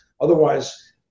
Otherwise